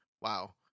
wow